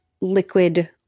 liquid